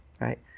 right